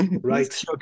Right